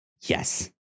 yes